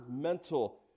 mental